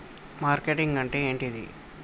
Marketing అంటే ఏంటిది?